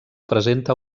presenta